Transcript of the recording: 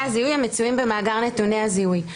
הזיהוי המצויים במאגר נתוני הזיהוי".